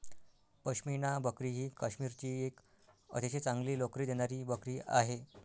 पश्मिना बकरी ही काश्मीरची एक अतिशय चांगली लोकरी देणारी बकरी आहे